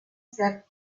ser